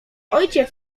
ojciec